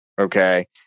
okay